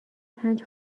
پنج